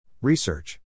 Research